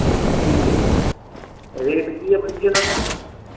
ਠੀਕ ਹੈ ਜੀ ਰੇਟ ਕੀ ਹੈ ਬਾਈ ਜੀ ਉਹਨਾਂ ਦਾ